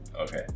okay